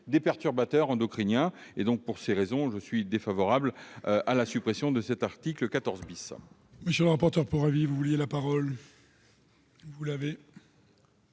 des perturbateurs endocriniens. Pour ces raisons, je suis défavorable à la suppression de l'article 14 La